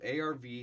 ARV